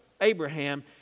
Abraham